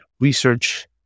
research